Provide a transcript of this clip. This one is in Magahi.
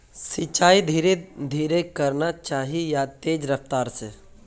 सिंचाई धीरे धीरे करना चही या तेज रफ्तार से?